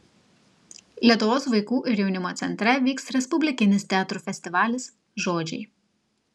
lietuvos vaikų ir jaunimo centre vyks respublikinis teatrų festivalis žodžiai